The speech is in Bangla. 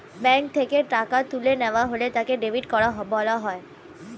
ব্যাঙ্ক থেকে টাকা তুলে নেওয়া হলে তাকে ডেবিট করা বলা হয়